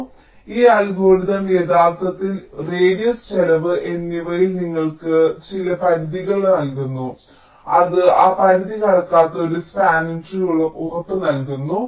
അതിനാൽ ഈ അൽഗോരിതം യഥാർത്ഥത്തിൽ റേഡിയസ് ചെലവ് എന്നിവയിൽ നിങ്ങൾക്ക് ചില പരിധികൾ നൽകുന്നു അത് ആ പരിധി കടക്കാത്ത ഒരു സ്പാനിങ് ട്രീ ഉറപ്പ് നൽകുന്നു